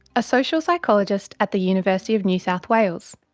a social psychologist at the university of new south wales.